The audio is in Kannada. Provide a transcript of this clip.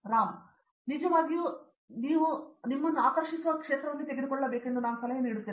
ರಾಮ್ ನೀವು ನಿಜವಾಗಿಯೂ ಕೋರ್ ಅನ್ನು ಆಕರ್ಷಿಸುವ ವಿಷಯವನ್ನೇ ತೆಗೆದುಕೊಳ್ಳಬೇಕು ಎಂದು ನಾನು ಸಲಹೆ ನೀಡುತ್ತೇನೆ